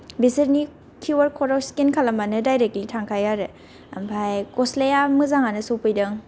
बेसोरनि Q R code आव scan खालामबानो डायरेक्टलि थांखायो आरो ओमफाय गस्लाया मोजांआनो सफैदों